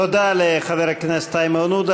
תודה לחבר הכנסת איימן עודה.